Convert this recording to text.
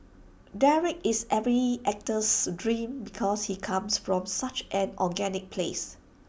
Derek is every actor's dream because he comes from such an organic place